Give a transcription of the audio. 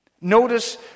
Notice